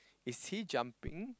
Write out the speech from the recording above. is he jumping